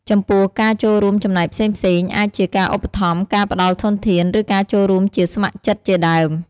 ចំពោះ ការចូលរួមចំណែកផ្សេងៗ អាចជាការឧបត្ថម្ភ ការផ្តល់ធនធាន ឬការចូលរួមជាស្ម័គ្រចិត្តជាដើម។